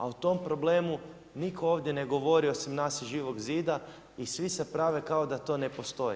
A o tom problemu nitko ovdje ne govori osim nas iz Živog zida i svi se prave kao da to ne postoji.